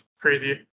crazy